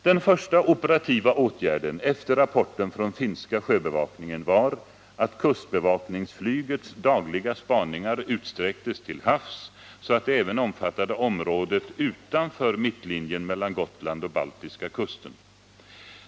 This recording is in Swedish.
Den första operativa åtgärden efter rapporten från finska sjöbevakningen var att kustbevakningsflygets dagliga spaningar utsträcktes till havs så att de även omfattade området utanför mittlinjen mellan Gotland och baltiska kusten.